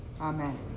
Amen